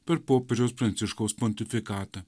per popiežiaus pranciškaus pontifikatą